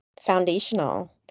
foundational